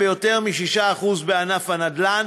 ביותר מ-6% בענף הנדל"ן,